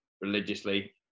religiously